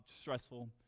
stressful